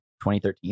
2013